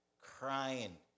crying